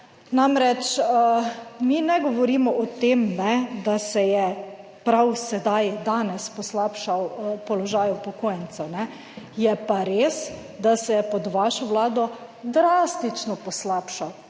Namreč, mi ne govorimo o tem, ne, da se je prav sedaj danes poslabšal položaj upokojencev, ne, je pa res, da se je pod vašo Vlado drastično poslabšal,